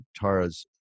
Tara's